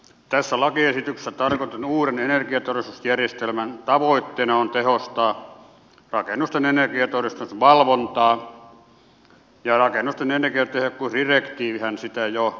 tässä lakiesityksessä tarkoitetun uuden energiatodistusjärjestelmän tavoitteena on tehostaa rakennusten energiatodistusten valvontaa ja rakennusten energiatehokkuusdirektiivihän sitä jo edellyttää